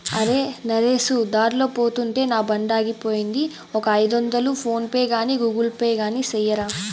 అరే, నరేసు దార్లో పోతుంటే నా బండాగిపోయింది, ఒక ఐదొందలు ఫోన్ పే గాని గూగుల్ పే గాని సెయ్యరా